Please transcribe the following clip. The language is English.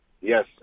Yes